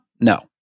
No